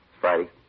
Friday